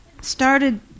started